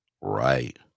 Right